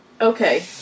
Okay